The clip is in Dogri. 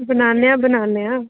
बनाने आं बनाने आं